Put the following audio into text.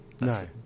no